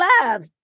love